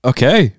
Okay